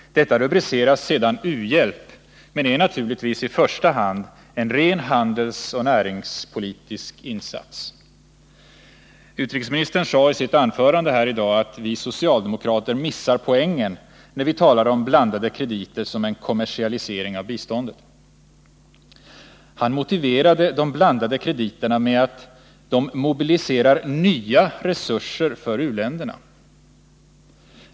Detta rubriceras sedan u-hjälp, men är naturligtvis i första hand en ren handelsoch näringspolitisk insats. Utrikesministern sade i sitt anförande att vi socialdemokrater missar poängen, när vi talar om de s.k. blandade krediterna som en kommersialisering av biståndet. Han motiverade de s.k. blandade krediterna med att de mobiliserar nya resurser för u-länderna.